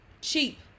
cheap